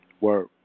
work